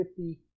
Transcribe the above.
50